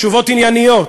תשובות ענייניות,